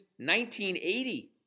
1980